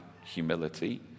humility